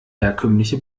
herkömmliche